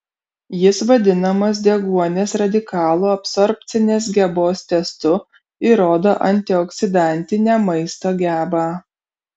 jis vadinamas deguonies radikalų absorbcinės gebos testu ir rodo antioksidantinę maisto gebą